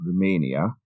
Romania